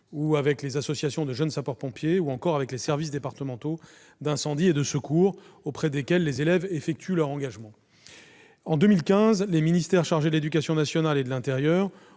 avec les associations de jeunes sapeurs-pompiers, ou encore avec les services départementaux d'incendie et de secours auprès desquels les élèves effectuent leur engagement. En 2015, le ministère de l'éducation nationale et le ministère